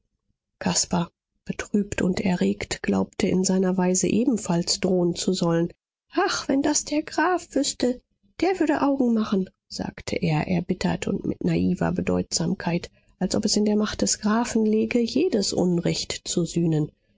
caspar betrübt und erregt glaubte in seiner weise ebenfalls drohen zu sollen ach wenn das der graf wüßte der würde augen machen sagte er erbittert und mit naiver bedeutsamkeit als ob es in der macht des grafen läge jedes unrecht zu sühnen